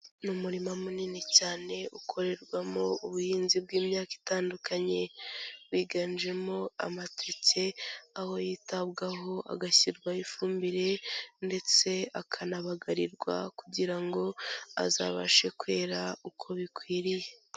Ni umurima munini cyane ukorerwamo ubuhinzi bw'imyaka itandukanye, wiganjemo amateke, aho yitabwaho agashyirwaho ifumbire ndetse akanabagarirwa kugira ngo azabashe kwera uko bikwiriye.